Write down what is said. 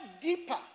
deeper